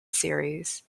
series